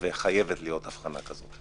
וחייבת להיות הבחנה כזאת.